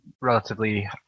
relatively